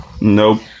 Nope